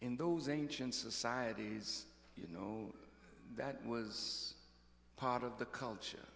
in those ancient societies you know that was part of the culture